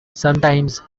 sometimes